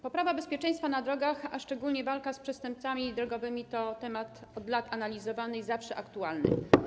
Poprawa bezpieczeństwa na drogach, a szczególnie walka z przestępcami drogowymi, to temat od lat analizowany i zawsze aktualny.